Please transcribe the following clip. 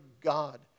God